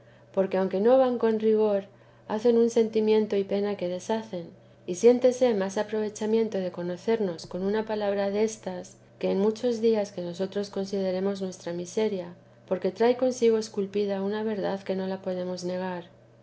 porque aunque no van con rigor hacen un sentimiento y pena que deshacen y siéntese más aprovechamiento de conocernos con una palabra destas que en muchos días que nosotros consideremos nuestra miseria porque trae consigo esculpida una verdad que no la podemos negar